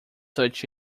such